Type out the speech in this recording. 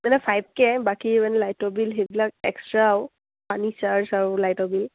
মানে ফাইভ কে বাকী মানে লাইটৰ বিল সেইবিলাক এক্সট্ৰা আৰু পানী চাৰ্জ আৰু লাইটৰ বিল